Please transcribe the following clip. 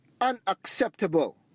unacceptable